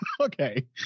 Okay